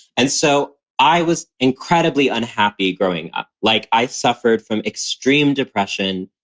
and so i was incredibly unhappy growing up, like i suffered from extreme depression,